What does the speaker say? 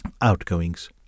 outgoings